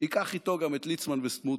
ייקח איתו גם את ליצמן וסמוטריץ'.